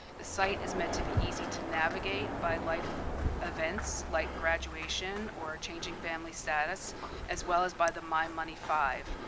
the site is meant to be easy to navigate by life events like graduation or changing family status as well as by the mymoney five,